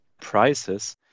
prices